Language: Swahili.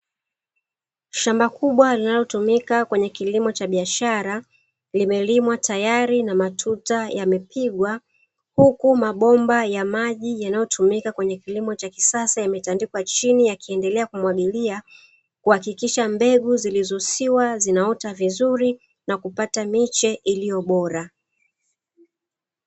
Shamba kubwa linalotumika kwenye kilimo cha biashara, limelimwa tayari na matuta, yamepigwa huku mabomba ya maji yanayotumika kwenye kilimo cha kisasa yametandikwa chini yakiendelea kumwagilia kuhakikisha mbegu zilizosiwa zinaota vizuri na kupata miche iliyobora.